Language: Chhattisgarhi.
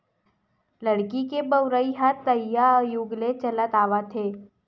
लकड़ी के बउरइ ह तइहा जुग ले चलत आवत हे